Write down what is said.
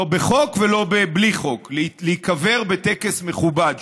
לא בחוק ולא בלי חוק, להיקבר בטקס מכובד.